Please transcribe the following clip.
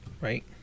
Right